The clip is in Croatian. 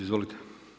Izvolite.